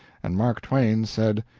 and mark twain said,